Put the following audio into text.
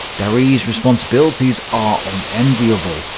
darre's responsibilities are unenviable.